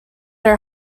her